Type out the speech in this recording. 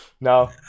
No